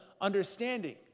understanding